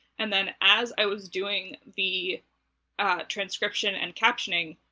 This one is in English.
and then as i was doing the transcription and captioning,